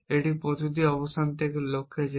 এই প্রতিটি অবস্থান থেকে লক্ষ্যে যেতে